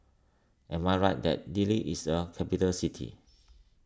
am I right that Dili is a capital city